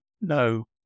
no